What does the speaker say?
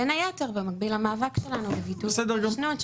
בין היתר במקביל למאבק שלנו על ביטול ההתיישנות,